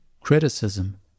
criticism